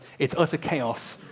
it's utter chaos.